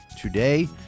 today